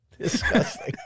Disgusting